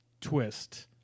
twist